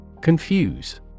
Confuse